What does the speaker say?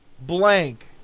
blank